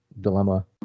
dilemma